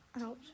Ouch